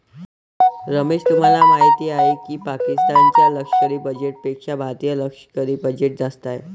रमेश तुम्हाला माहिती आहे की पाकिस्तान च्या लष्करी बजेटपेक्षा भारतीय लष्करी बजेट जास्त आहे